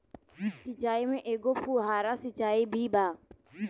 सिचाई में एगो फुव्हारा सिचाई भी बा